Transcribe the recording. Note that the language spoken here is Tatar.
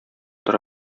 тора